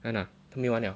来拿他没有玩了